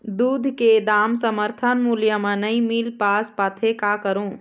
दूध के दाम समर्थन मूल्य म नई मील पास पाथे, का करों?